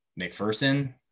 McPherson